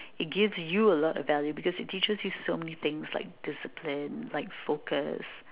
it gives you a lot of value because it teaches you so many things like discipline like focus